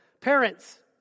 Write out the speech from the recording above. Parents